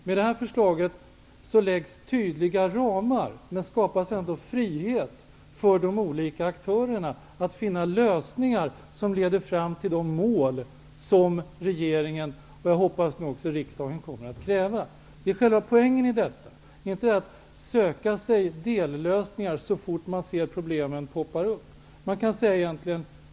Med detta förslag sätts tydliga ramar, men man skapar ändå frihet för de olika aktörerna att finna lösningar som leder fram till de mål som regeringen, och jag hoppas nu också riksdagen, kommer att kräva. Det är själva poängen i detta. Poängen är inte att söka dellösningar så fort man ser problemen poppa upp.